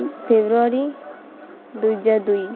ଫେବୃଆରୀ ଦୁଇ ହଜାର ଦୁଇ